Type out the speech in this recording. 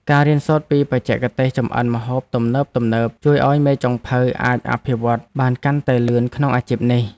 ភ្ញៀវទេសចរភាគច្រើនចូលចិត្តសាកល្បងម្ហូបក្នុងតំបន់ដែលពួកគេបានទៅដល់ ដើម្បីទទួលបានបទពិសោធន៍ពិតប្រាកដ។